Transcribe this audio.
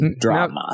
drama